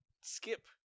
skip